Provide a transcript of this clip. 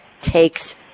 takes